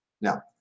Now